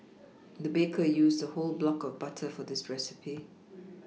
the baker used a whole block of butter for this recipe